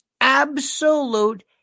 absolute